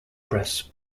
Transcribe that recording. press